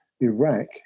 Iraq